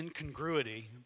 incongruity